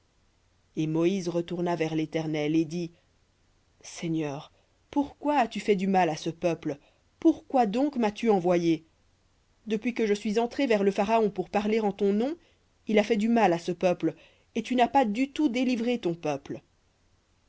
et moïse retourna vers l'éternel et dit seigneur pourquoi as-tu fait du mal à ce peuple pourquoi donc m'as-tu envoyé depuis que je suis entré vers le pharaon pour parler en ton nom il a fait du mal à ce peuple et tu n'as pas du tout délivré ton peuple